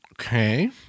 Okay